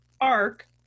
ARC